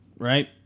Right